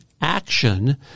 action